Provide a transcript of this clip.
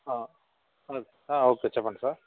okay చెప్పండి sir